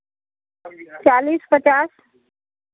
चालीस पचास